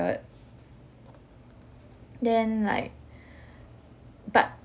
then like but